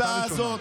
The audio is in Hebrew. הייתה ראשונה.